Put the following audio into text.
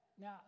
Now